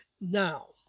Now